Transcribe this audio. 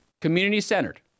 community-centered